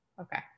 Okay